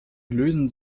lösen